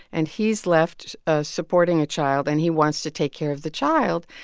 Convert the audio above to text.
and he's left ah supporting a child, and he wants to take care of the child.